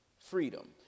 freedom